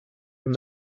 from